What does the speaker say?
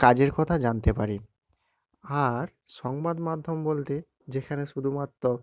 কাজের কথা জানতে পারি আর সংবাদমাধ্যম বলতে যেখানে শুধুমাত্র